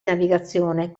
navigazione